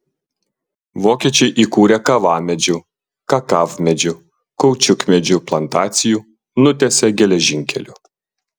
vokiečiai įkūrė kavamedžių kakavmedžių kaučiukmedžių plantacijų nutiesė geležinkelių